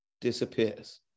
disappears